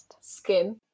skin